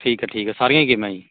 ਠੀਕ ਆ ਠੀਕ ਆ ਸਾਰੀਆਂ ਹੀ ਗੇਮਾਂ ਜੀ